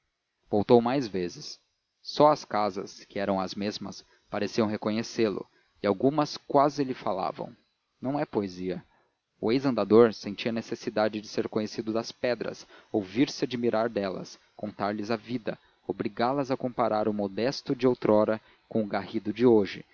voltou mais vezes só as casas que eram as mesmas pareciam reconhecê lo e algumas quase que lhe falavam não é poesia o ex andador sentia necessidade de ser conhecido das pedras ouvir-se admirar delas contar-lhes a vida obrigá las a comparar o modesto de outrora com o garrido de hoje